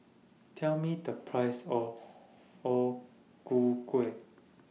Tell Me The Price of O Ku Kueh